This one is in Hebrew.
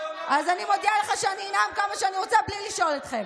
אז אני מודיעה לך שאני אנאם כמה שאני רוצה בלי לשאול אתכם.